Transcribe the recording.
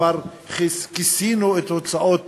ואמר: כיסינו את הוצאות